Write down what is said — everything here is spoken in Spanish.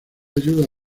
ayuda